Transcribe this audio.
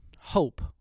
hope